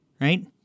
Right